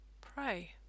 Pray